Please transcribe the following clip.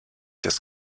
das